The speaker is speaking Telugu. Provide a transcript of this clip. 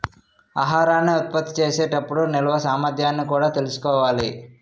ఆహారాన్ని ఉత్పత్తి చేసే టప్పుడు నిల్వ సామర్థ్యాన్ని కూడా తెలుసుకోవాలి